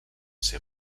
ser